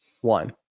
one